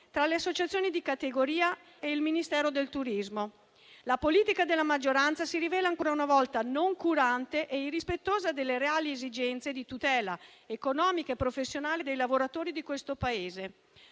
tra le associazioni di categoria e il Ministero del turismo. La politica della maggioranza si rivela ancora una volta noncurante e irrispettosa delle reali esigenze di tutela economica e professionale dei lavoratori di questo Paese.